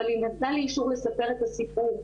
אבל היא נתנה לי אישור לספר את הסיפור.